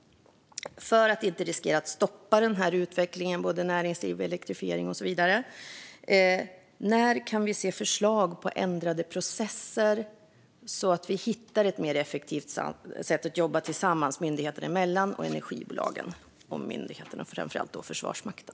För att inte riskera att stoppa utvecklingen både när det gäller näringsliv, elektrifiering och så vidare - när kan vi se förslag på ändrade processer så att vi hittar ett mer effektivt sätt att jobba tillsammans myndigheterna emellan, med energibolagen och framför allt med Försvarsmakten?